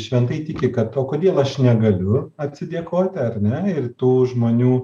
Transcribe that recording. šventai tiki kad o kodėl aš negaliu atsidėkoti ar ne ir tų žmonių